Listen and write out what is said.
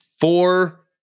Four